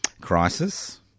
crisis